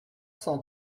cent